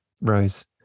Rose